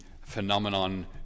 phenomenon